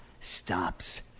stops